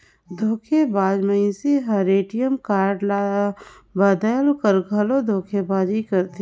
धोखेबाज मइनसे हर ए.टी.एम कारड ल बलेद कर घलो धोखेबाजी करथे